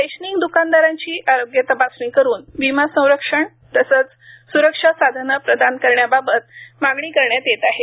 rationing दुकानदारांची आरोग्य तपासणी करून विमा संरक्षण तसेच सुरक्षा साधने प्रदान करण्याबाबत मागणी करण्यात येत आहे